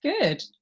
good